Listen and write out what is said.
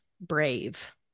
brave